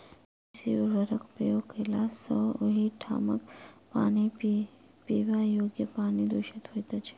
बेसी उर्वरकक प्रयोग कयला सॅ ओहि ठामक पीबा योग्य पानि दुषित होइत छै